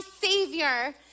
savior